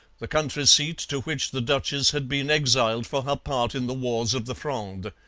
the country seat to which the duchess had been exiled for her part in the wars of the fronde.